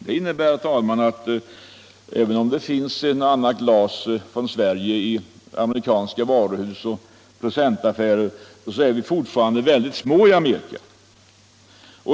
Det innebär, herr talman, att även om det finns ett och annat glas från Sverige i amerikanska varuhus och presentaffärer så är vi fortfarande väldigt små i Amerika.